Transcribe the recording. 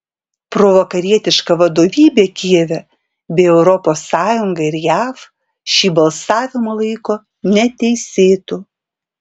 provakarietiška vadovybė kijeve bei europos sąjunga ir jav šį balsavimą laiko neteisėtu